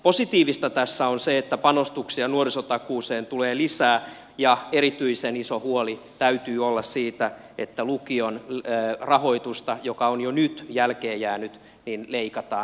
positiivista tässä on se että panostuksia nuorisotakuuseen tulee lisää ja erityisen iso huoli täytyy olla siitä että lukion rahoitusta joka on jo nyt jälkeen jäänyt leikataan edelleen